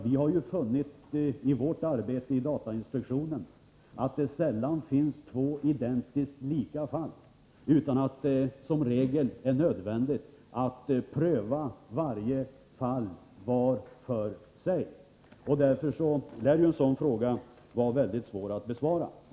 Vi har i vårt arbete i datainspektionen funnit att det sällan finns två identiskt lika fall, utan att det som regel är nödvändigt att pröva varje fall för sig. Därför lär en sådan fråga vara mycket svår att besvara.